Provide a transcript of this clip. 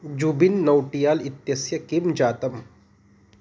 जूबिन् नौटियाल् इत्यस्य किं जातम्